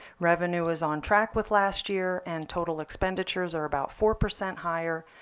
revenue is on track with last year and total expenditures are about four percent higher,